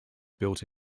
built